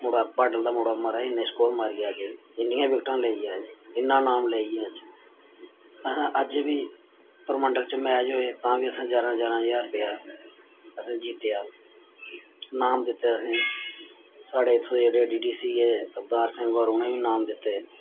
मुड़ा पाडल दा मुड़ा महाराज इन्ने स्कोर मारी गेआ अज्ज इन्नियां बिकटां लेई गेआ इन्ना नाम लेई गेआ अज्ज असें अज्ज बी परमंडल च मैच होए तां बी असें ञारां ञारां ज्हार रपेआ असें जित्तेआ नाम दित्ते असेंगी साढ़े इत्थुं जेह्ड़े डी डी सी एह् अवदार सिंह होर उ'नें बी नाम दित्ते